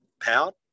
powered